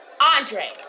Andre